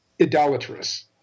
idolatrous